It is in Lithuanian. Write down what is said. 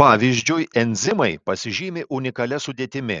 pavyzdžiui enzimai pasižymi unikalia sudėtimi